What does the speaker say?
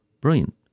brilliant